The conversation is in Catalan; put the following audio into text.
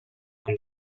amb